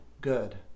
good